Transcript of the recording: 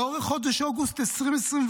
"לאורך חודש אוגוסט 2024",